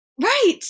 Right